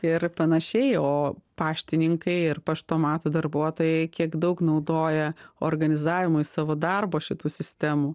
ir panašiai o paštininkai ir paštomato darbuotojai kiek daug naudoja organizavimui savo darbo šitų sistemų